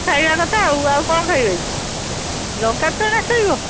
ଖାଇବା କଥା ଆଉ ଆଉ କ'ଣ ଖାଇବେକି ଲଙ୍କା ଛଣା ଖାଇବ